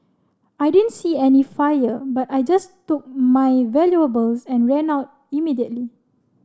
I didn't see any fire but I just took my valuables and ran out immediately